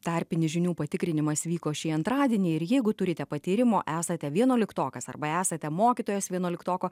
tarpinis žinių patikrinimas vyko šį antradienį ir jeigu turite patyrimo esate vienuoliktokas arba esate mokytojas vienuoliktoko